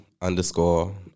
underscore